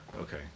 Okay